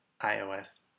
iOS